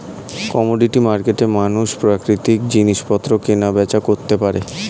commodity মার্কেটে মানুষ প্রাকৃতিক জিনিসপত্র কেনা বেচা করতে পারে